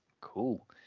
cool